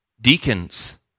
deacons